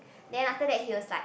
then after that he was like